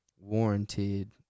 warranted